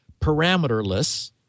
parameterless